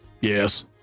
Yes